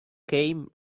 came